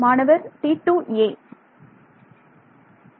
மாணவர்T2a T2a